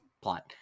plot